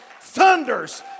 thunders